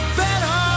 better